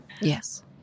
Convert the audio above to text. Yes